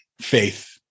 faith